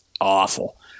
awful